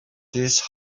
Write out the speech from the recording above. these